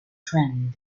trend